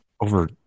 over